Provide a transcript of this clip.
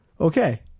Okay